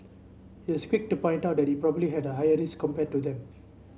he was quick to point out that he probably had a higher risk compared to them